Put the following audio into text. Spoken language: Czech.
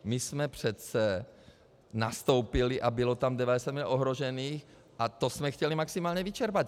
My jsme přece nastoupili a bylo tam 90 mil. ohrožených a to jsme chtěli maximálně vyčerpat.